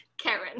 Karen